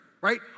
right